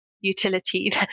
utility